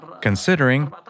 considering